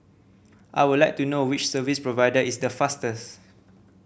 I would like to know which service provider is the fastest